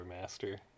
master